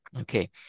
Okay